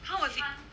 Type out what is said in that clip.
how was it